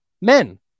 men